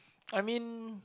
I mean